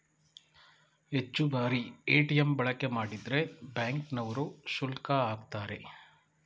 ಹೆಚ್ಚು ಬಾರಿ ಎ.ಟಿ.ಎಂ ಬಳಕೆ ಮಾಡಿದ್ರೆ ಬ್ಯಾಂಕ್ ನವರು ಶುಲ್ಕ ಆಕ್ತರೆ